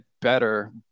better